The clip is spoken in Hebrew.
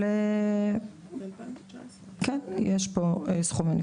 אבל כן, יש פה סכומים.